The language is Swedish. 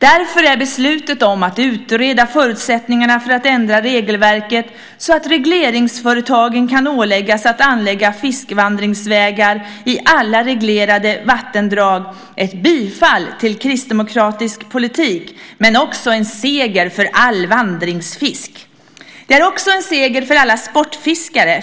Därför är beslutet om att utreda förutsättningarna för att ändra regelverket, så att regleringsföretagen kan åläggas att anlägga fiskvandringsvägar i alla reglerade vattendrag, ett bifall till kristdemokratisk politik men också en seger för all vandringsfisk. Det är också en seger för alla sportfiskare.